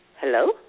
hello